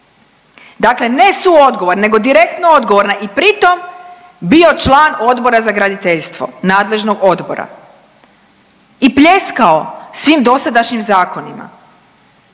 Dakle, ne suodgovorna, nego direktno odgovorna i pritom bio član Odbora za graditeljstvo nadležnog odbora i pljeskao svim dosadašnjim zakonima.